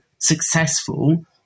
successful